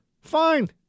fine